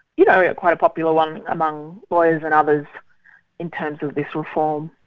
you know, yeah quite a popular one among lawyers and others in terms of this reform.